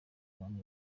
bantu